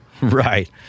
Right